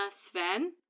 Sven